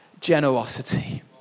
generosity